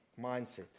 mindset